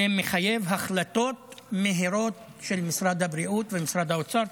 זה מחייב החלטות מהירות של משרד הבריאות ומשרד האוצר.